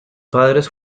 padres